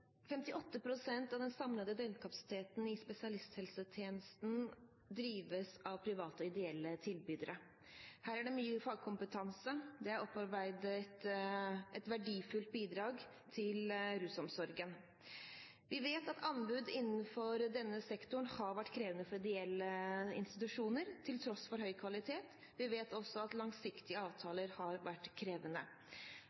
pst. av den samlede døgnkapasiteten i spesialisthelsetjenesten drives av private og ideelle tilbydere. Her er det mye fagkompetanse. Det er opparbeidet et verdifullt bidrag til rusomsorgen. Vi vet at anbud innenfor denne sektoren har vært krevende for ideelle institusjoner, til tross for høy kvalitet. Vi vet også at langsiktige